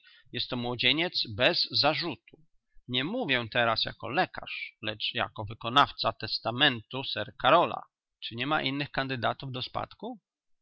jest to młodzieniec bez zarzutu nie mówię teraz jako lekarz lecz jako wykonawca testamentu sir karola czy niema innych kandydatów do spadku